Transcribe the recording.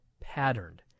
patterned